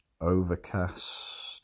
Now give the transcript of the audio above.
Overcast